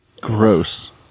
Gross